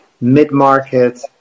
mid-market